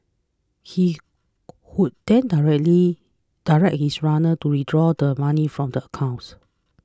he would then directly direct his runners to withdraw the money from the accounts